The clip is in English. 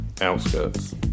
Outskirts